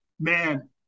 Man